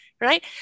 right